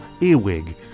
Earwig